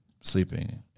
sleeping